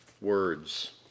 words